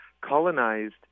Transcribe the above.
colonized